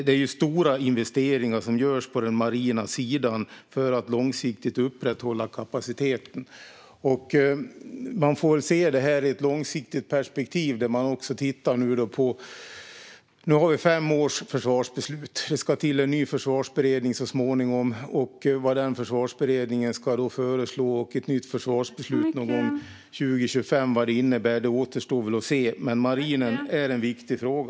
Det är ju stora investeringar som görs på den marina sidan för att långsiktigt upprätthålla kapaciteten. Man får se det här i ett långsiktigt perspektiv. Nu har vi ett femårigt försvarsbeslut. Det ska till en ny försvarsberedning så småningom, och vad den försvarsberedningen ska föreslå och vad ett nytt försvarsbeslut någon gång 2025 innebär återstår väl att se. Men marinen är en viktig fråga.